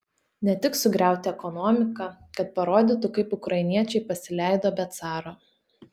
ne tik sugriauti ekonomiką kad parodytų kaip ukrainiečiai pasileido be caro